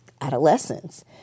adolescents